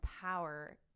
power